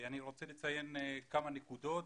אני רוצה לציין כמה נקודות.